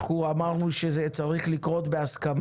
אנחנו אמרנו שזה צריך לקרות בהסכמה.